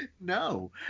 no